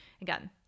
again